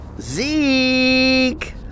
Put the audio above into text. Zeke